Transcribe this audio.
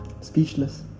speechless